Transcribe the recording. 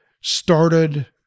started